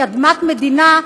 שהיא אדמת מדינה,